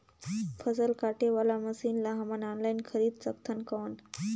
फसल काटे वाला मशीन ला हमन ऑनलाइन खरीद सकथन कौन?